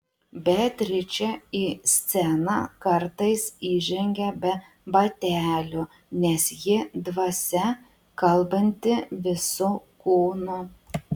beatričė į sceną kartais įžengia be batelių nes ji dvasia kalbanti visu kūnu